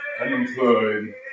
unemployed